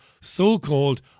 so-called